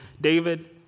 David